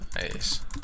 nice